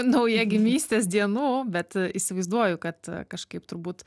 naujagimystės dienų bet įsivaizduoju kad kažkaip turbūt